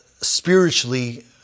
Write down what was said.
spiritually